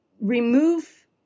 remove